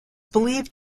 believed